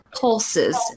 pulses